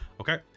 Okay